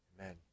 Amen